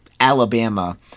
Alabama